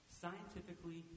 scientifically